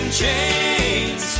chains